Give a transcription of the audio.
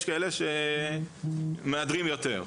יש כאלה שמהדרים יותר.